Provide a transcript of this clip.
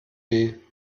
wie